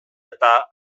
eta